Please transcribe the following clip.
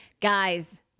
Guys